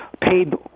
paid